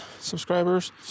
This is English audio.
subscribers